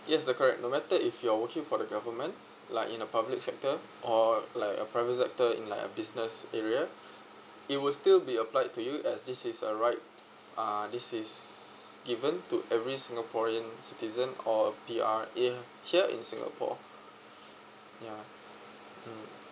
yes that's correct no matter if you're working for the government like in a public sector or like a private sector in like a business area it will still be applied to you as this is a right uh this is given to every singaporean citizen or P_R in here in singapore ya mm